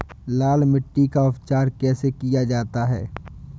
लाल मिट्टी का उपचार कैसे किया जाता है?